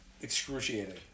excruciating